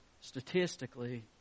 statistically